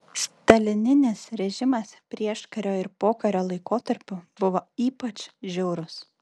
stalininis režimas prieškario ir pokario laikotarpiu buvo ypač žiaurus